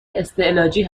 استعلاجی